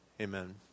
Amen